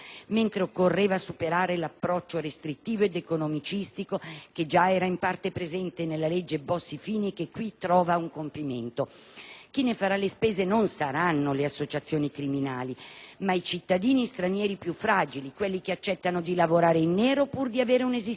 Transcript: l'approccio restrittivo ed economicistico che già era in parte presente nella legge Bossi-Fini e che qui trova un compimento. Chi ne farà le spese non saranno le associazioni criminali ma i cittadini stranieri più fragili, quelli che accettano di lavorare in nero pur di avere un'esistenza per lo meno dignitosa;